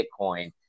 Bitcoin